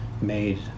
made